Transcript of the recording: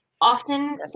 often